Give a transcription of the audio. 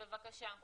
אוקיי, בבקשה.